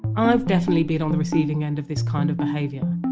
i've definitely been on the receiving end of this kind of behaviour.